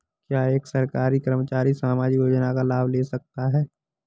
क्या एक सरकारी कर्मचारी सामाजिक योजना का लाभ ले सकता है?